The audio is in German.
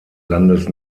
landes